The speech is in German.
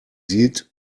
sieht